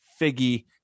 Figgy